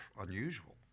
unusual